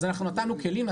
אז אנחנו נתנו כלים,